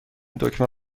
دکمه